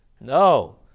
No